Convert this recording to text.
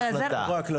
בחברה הערבית.